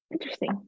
Interesting